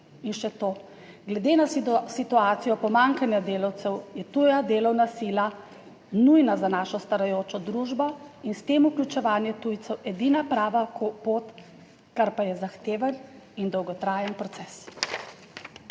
In še to; glede na situacijo pomanjkanja delavcev je tuja delovna sila nujna za našo starajočo družbo in s tem vključevanje tujcev edina prava pot, kar pa je zahteven in dolgotrajen proces.